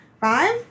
five